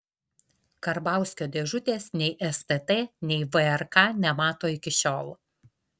karbauskio dėžutės nei stt nei vrk nemato iki šiol